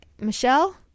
Michelle